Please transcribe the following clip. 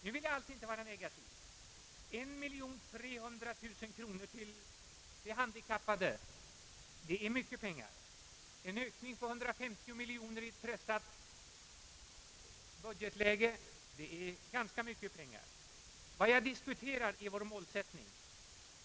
Nu vill jag alls inte vara negativ. 1300 000 kronor till de handikappade — alltså en ökning med 150 000 i ett pressat budgetläge — är ganska mycket pengar. Vad jag diskuterar är alltså vår målsättning.